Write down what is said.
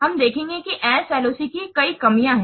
हम देखेंगे कि SLOC की कई कमियां हैं